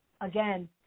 again